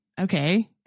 Okay